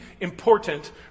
important